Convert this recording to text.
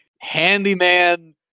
handyman